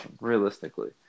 realistically